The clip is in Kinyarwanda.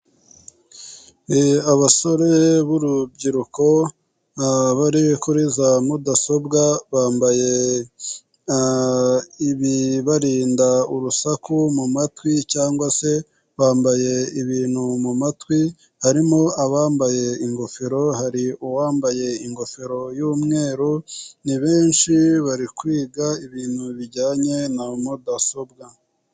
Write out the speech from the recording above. Abasore b'urubyiruko bari kuri za mudasobwa, bambaye ibibarinda urusaku mu matwi cyangwa se bambaye ibintu mu matwi, harimo abambaye ingofero, hari uwambaye ingofero y'umweru ni benshi bari kwiga ibintu bijyanye na mudasobwa.